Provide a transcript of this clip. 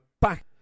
back